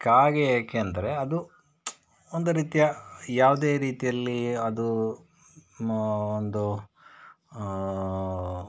ಕಾಗೆ ಏಕೆಂದರೆ ಅದು ಒಂದು ರೀತಿಯ ಯಾವುದೇ ರೀತಿಯಲ್ಲಿ ಅದು ಒಂದು